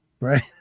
right